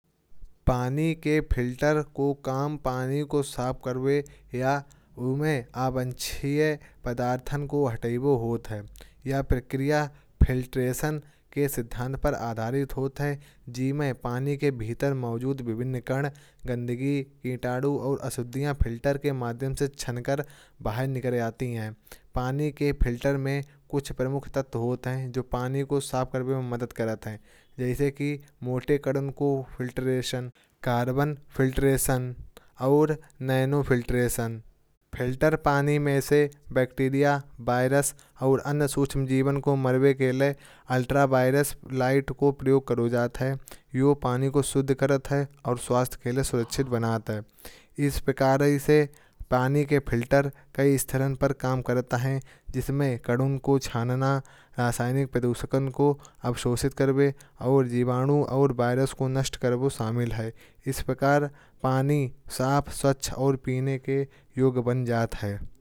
पानी के फ़िल्टर को काम पानी को साफ़ करने। या उसमें अनावश्यक पदार्थों को हटाने के लिए होता है। यह प्रक्रिया फ़िल्ट्रेशन के सिद्धांत पर आधारित होती है। जिसमें पानी के भीतर मौजूद विभिन्न कारण, गंदगी, कीटाणु। और अशुद्धियाँ फ़िल्टर के माध्यम से छनाकर बाहर निकल जाती हैं। पानी के फ़िल्टर में कुछ प्रमुख तत्व होते हैं जो पानी को साफ़ करने में मदद करते हैं। जैसे कि मोटे कण कार्बन फ़िल्ट्रेशन और नैनो फ़िल्ट्रेशन। फ़िल्टर पानी में से बैक्टीरिया वायरस और अन्य सूक्ष्म जीवन को मारने के लिए। अल्ट्रा वायलेट लाइट का प्रयोग किया जाता है यह पानी को शुद्धिकृत करता है। और स्वास्थ्य के लिए सुरक्षित बनाता है। इस प्रकार पानी के फ़िल्टर कई स्थानों पर काम करते हैं। जिसमें कण को छानना शामिल है रासायनिक प्रदूषण को अवशोषित करना। और जीवाणु और वायरस को नष्ट करना भी शामिल है। इस प्रकार पानी साफ़ स्वच्छ और पीने के योग्य बन जाता है।